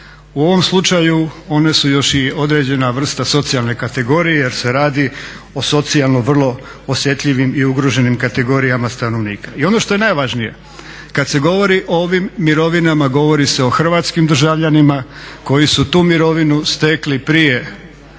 U ovom slučaju one su još i određena vrsta socijalne kategorije jer se radi o socijalno vrlo osjetljivim i ugroženim kategorijama stanovnika. I ono što je najvažnije, kada se govori o ovim mirovinama govori se o hrvatskim državljanima koji su tu mirovinu stekli prije '91.